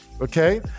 Okay